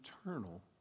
eternal